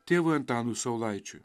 tėvui antanui saulaičiui